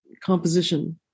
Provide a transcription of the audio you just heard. composition